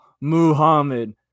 Muhammad